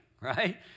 right